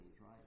right